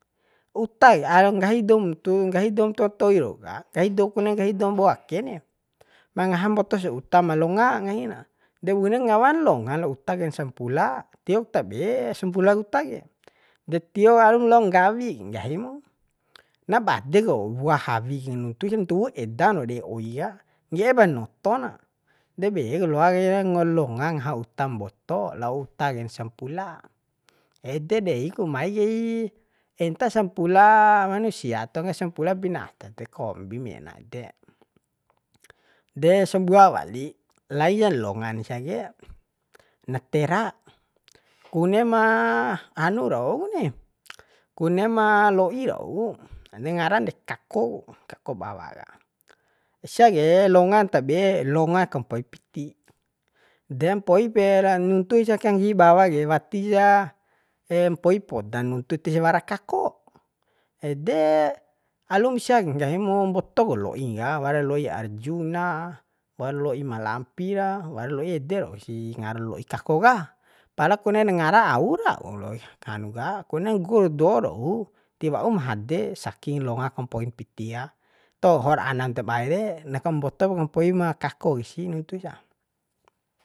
Uta ka nggahi doum nggahi doum totoi rau ka nggahi dou kune nggahi doum bou ake ni ma ngaha mbotos uta ma longa nggahi na de une ngawan longa lao uta ken sampula tiok tabe sampula uta ke de tio alum lao nggawi nggahi mu na badek wau wua hawi ke nuntusa ntuwu edan wau dei oi ka ngge'e pa noto na de be ku loa kai ngo longa ngaha utam mboto lao uta ken sampula ede dei ku mai kai entah sampula manusia atau ngga sampula binata de kombi mena ede de sabua wali laijan longan sia ke na tera kune ma hanu rauni kunema lo'i rau de ngaran de kakko kako bawa ka sia ke longan tabe longa ka mpoi piti de mpoip ra nuntu sa kanggihi bawa ke wati ja mpoi podan nuntu tis wara kakko ede alum sia nggahi mu mbotok wau lo'i ka wara loi arjuna war lo'i malampira wara loi ede rau si ngara lo'i kako ka pala konen ngara au rau loi hanu ka kunen guldo rau ti waum hade saking loa kampoim pitia tohor anam dabae de na kamboto po mpoi ma kako kesi nuntu sa